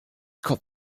called